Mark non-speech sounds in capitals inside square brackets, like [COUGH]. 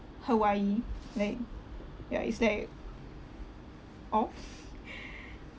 hawaii like ya it's like off [LAUGHS]